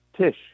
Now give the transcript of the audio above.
Tish